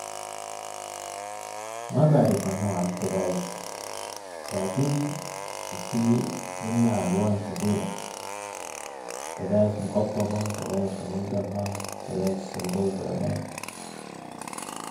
ما بعرف انواع الكدايس لكن في منها الوان كتيرة كدايس مخططة كدايس منقطة كدايس سودة و بيضة